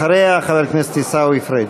אחריה, חבר הכנסת עיסאווי פריג'.